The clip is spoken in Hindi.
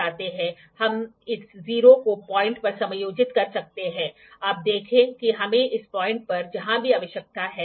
तो यहाँ क्या होता है कि आपके पास केवल एक ही है आप आम तौर पर यदि आप एक प्रोट्रैक्टर देखते हैं तो हम क्या करते हैं